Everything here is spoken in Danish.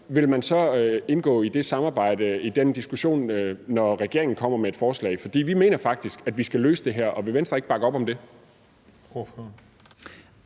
vil man så indgå i et samarbejde i den diskussion, når regeringen kommer med et forslag? Vi mener faktisk, at vi skal løse det her, og vil Venstre ikke bakke op om det?